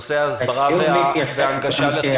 חצי השעה האחרונה לנושא ההסברה ולהנגשה לציבור.